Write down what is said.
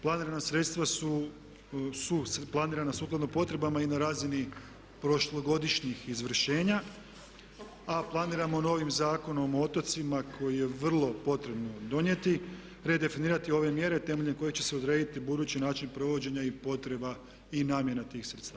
Planirana sredstva su planirana sukladno potrebama i na razini prošlogodišnjih izvršenja, a planiramo novim Zakonom o otocima koji je vrlo potrebno donijeti redefinirati ove mjere temeljem kojeg će se odrediti budući način provođenja i potreba i namjena tih sredstava.